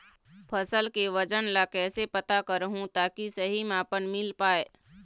फसल के वजन ला कैसे पता करहूं ताकि सही मापन मील पाए?